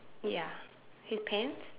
ya his pants